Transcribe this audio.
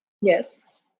Yes